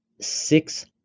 six